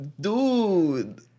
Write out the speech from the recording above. Dude